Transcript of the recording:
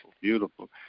beautiful